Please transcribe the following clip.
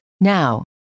Now